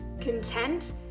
content